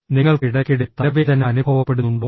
നിങ്ങൾക്ക് ഇടയ്ക്കിടെ തലവേദന അനുഭവപ്പെടുന്നുണ്ടോ